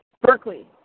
Berkeley